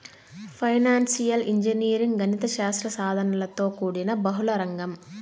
financial engineering గణిత శాస్త్ర సాధనలతో కూడిన బహుళ రంగం